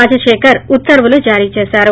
రాజశేఖర్ ఉత్తర్యులు జారీ చేశారు